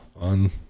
on